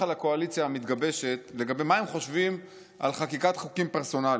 לקואליציה המתגבשת לגבי מה הם חושבים על חקיקת חוקים פרסונליים.